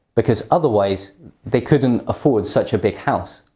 because otherwise they couldn't afford such a big house.